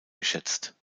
geschätzt